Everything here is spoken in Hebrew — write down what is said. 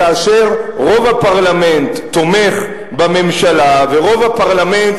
כאשר רוב הפרלמנט תומך בממשלה ורוב הפרלמנט